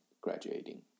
graduating